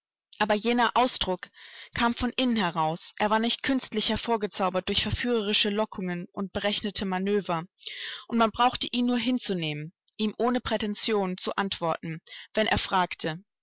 aber jener ausdruck kam von innen heraus er war nicht künstlich hervorgezaubert durch verführerische lockungen und berechnete manöver und man brauchte ihn nur hinzunehmen ihm ohne prätension zu antworten wenn er fragte